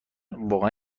واقعا